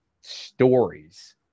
stories